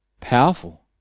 Powerful